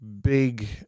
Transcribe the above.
big